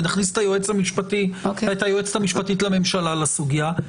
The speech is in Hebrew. ונכניס את היועץ המשפטי ואת היועצת המשפטית לממשלה לסוגיה.